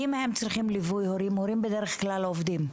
אם הם צריכים ליווי הורים, הורים בדרך כלל עובדים,